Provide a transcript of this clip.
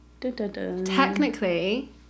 Technically